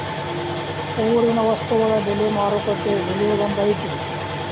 ಊರಿನ ವಸ್ತುಗಳ ಬೆಲೆ ಮಾರುಕಟ್ಟೆ ಬೆಲೆ ಒಂದ್ ಐತಿ?